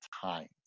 time